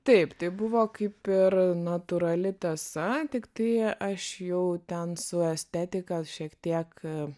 taip tai buvo kaip ir natūrali tąsa tiktai aš jau ten su estetika šiek tiek